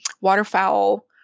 waterfowl